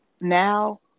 now